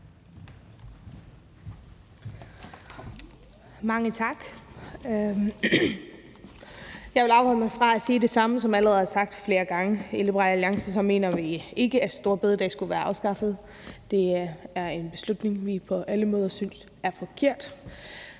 (LA): Tak. Jeg vil afholde mig fra at sige det samme, som allerede er blevet sagt flere gange. I Liberal Alliance mener vi ikke, at store bededag skulle have været afskaffet. Det er en beslutning, vi på alle måder synes er forkert.